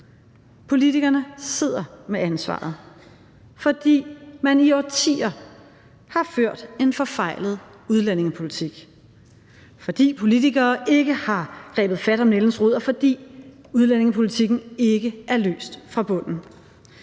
Politikerne sidder med ansvaret, fordi man i årtier har ført en forfejlet udlændingepolitik, fordi politikere ikke har grebet fat om nældens rod, og fordi udlændingepolitikken ikke er løst fra bunden.